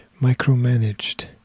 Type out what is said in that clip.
micromanaged